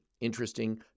interesting